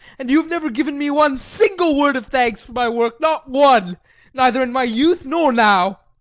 and you have never given me one single word of thanks for my work, not one neither in my youth nor now.